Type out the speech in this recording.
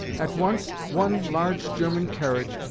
at once one large german carriage,